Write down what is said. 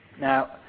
Now